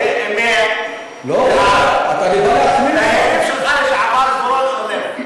אבל, לא, שלך לשעבר, זבולון אורלב.